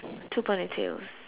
two ponytails